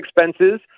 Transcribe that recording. expenses